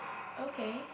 okay